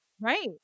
Right